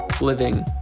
living